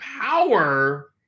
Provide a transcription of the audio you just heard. power